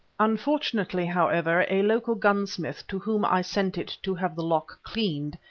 unfortunately, however, a local gunsmith to whom i sent it to have the lock cleaned,